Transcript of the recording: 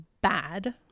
bad